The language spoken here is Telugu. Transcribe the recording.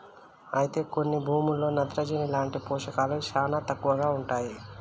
అయితే కొన్ని భూముల్లో నత్రజని లాంటి పోషకాలు శానా తక్కువగా ఉంటాయి